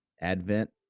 Advent